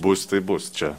bus tai bus čia